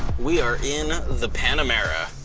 we are in the panamera.